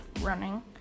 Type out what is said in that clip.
running